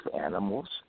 animals